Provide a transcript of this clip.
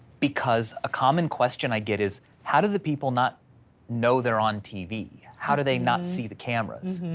because a common question i get is, how do the people not know they're on tv? how do they not see the cameras?